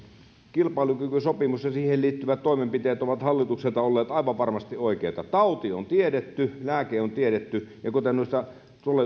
kilpailukykysopimus ja siihen liittyvät toimenpiteet ovat hallitukselta olleet aivan varmasti oikeita tauti on tiedetty lääke on tiedetty kuten näkyy noista